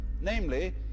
namely